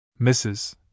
Mrs